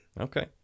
Okay